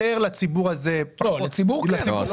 יותר לציבור הזה -- לציבור כן.